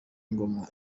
ngoma